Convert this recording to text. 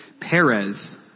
Perez